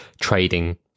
trading